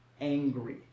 angry